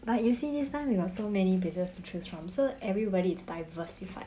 but you see this time we got so many places to choose from so everybody is diversified